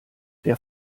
der